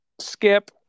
Skip